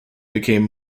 became